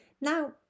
Now